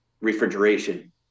refrigeration